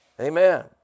Amen